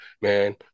man